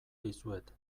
dizuet